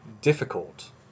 difficult